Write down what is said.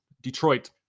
Detroit